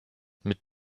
mit